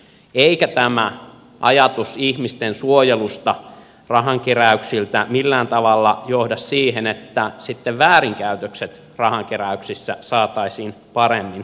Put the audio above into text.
eikä tämä ajatus ihmisten suojelusta rahankeräyksiltä millään tavalla johda siihen että sitten väärinkäytökset rahankeräyksissä saataisiin paremmin kuriin